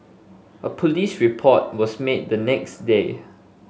a police report was made the next day